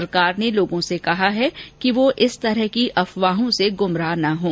सरकार ने लोगों से कहा है कि वे इस प्रकार की अफवाहों से ग्मराह न हों